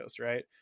right